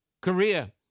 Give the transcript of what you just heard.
Korea